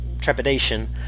trepidation